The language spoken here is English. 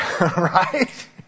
right